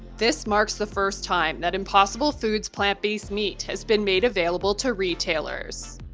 this marks the first time that impossible foods' plant-based meat has been made available to retailers.